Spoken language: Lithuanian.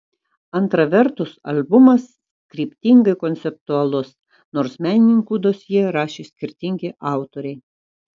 antra vertus albumas kryptingai konceptualus nors menininkų dosjė rašė skirtingi autoriai